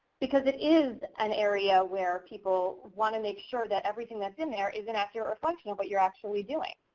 because it is an area where people wanna make sure that everything that's in there is an accurate reflection of what you're actually doing.